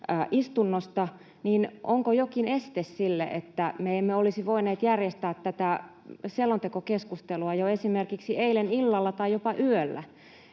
istunnosta, niin että onko jokin este, jonka vuoksi me emme olisi voineet järjestää tätä selontekokeskustelua jo esimerkiksi eilen illalla tai jopa yöllä?